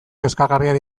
kezkagarriak